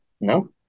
No